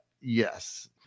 yes